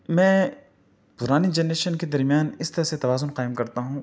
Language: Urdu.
میں پرانی جنریشن کے درمیان اِس طرح سے توازن قائم کرتا ہوں